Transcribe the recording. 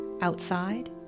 outside